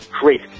great